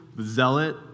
Zealot